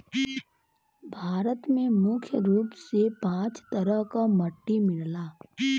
भारत में मुख्य रूप से पांच तरह क मट्टी मिलला